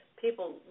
people